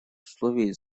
условий